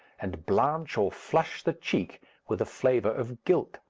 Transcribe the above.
and blanch or flush the cheek with a flavour of guilt.